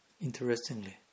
Interestingly